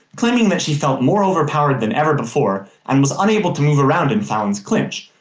claiming that she felt more overpowered than ever before, and was unable to move around in fallon's clinch,